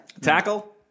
Tackle